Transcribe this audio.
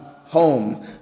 home